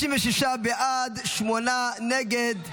56 בעד, שמונה נגד.